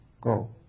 go